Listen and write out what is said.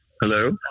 Hello